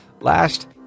last